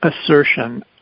assertion